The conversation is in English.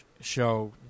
show